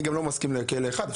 אני גם לא מסכים לכלא אחד.